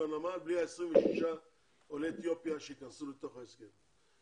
הנמל בלי ה-26 עולי אתיופיה שייכנסו לתוך ההסכם.